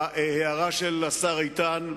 מההערה של השר איתן,